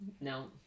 No